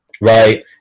right